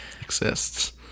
exists